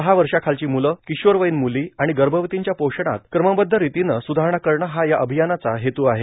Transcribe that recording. सहा वर्षाखालची मुलं किशोरवयीन मुली आणि गर्भवतींच्या पोषणात कमबद्ध रितीनं सुधारणा करणं हा या अभियानाचा हेतू आहे